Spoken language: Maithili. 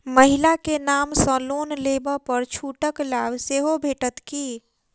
महिला केँ नाम सँ लोन लेबऽ पर छुटक लाभ सेहो भेटत की?